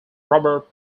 rubber